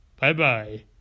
Bye-bye